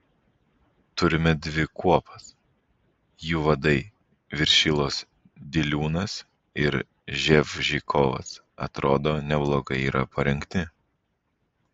turime dvi kuopas jų vadai viršilos diliūnas ir ževžikovas atrodo neblogai yra parengti